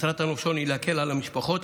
מטרת הנופשון היא להקל על המשפחות,